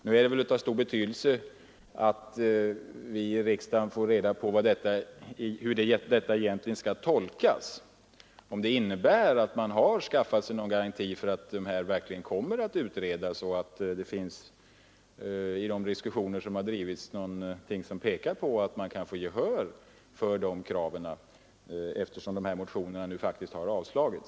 Nu är det väl av stor vikt att vi i riksdagen får reda på hur detta egentligen skall tolkas — om det innebär att man har skaffat sig någon garanti för att frågan verkligen kommer att utredas och att det i de förda diskussionerna finns någonting som pekar på att man kan få gehör för de kraven — eftersom dessa motioner nu faktiskt har avvisats.